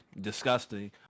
Disgusting